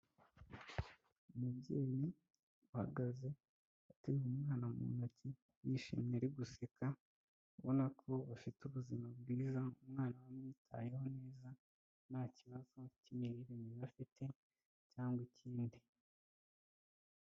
Umubyeyi uhagaze ateruye umwana mu ntoki yishimye ari guseka, ubona ko bafite ubuzima bwiza umwana we amwitayeho neza, nta kibazo cy'imirire mibi afite cyangwa ikindi.